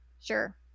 Sure